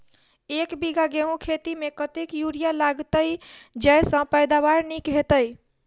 एक बीघा गेंहूँ खेती मे कतेक यूरिया लागतै जयसँ पैदावार नीक हेतइ?